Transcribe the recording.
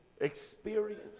experience